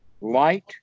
Light